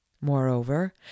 moreover